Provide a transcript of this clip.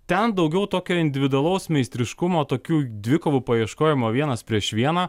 ten daugiau tokio individualaus meistriškumo tokių dvikovų paieškojimo vienas prieš vieną